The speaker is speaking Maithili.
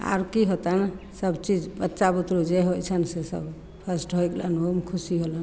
आर की होतनि बच्चा बुतरु जे होइ छनि से सभ फर्स्ट होइ गेलनि ओहुमे खुशी होलनि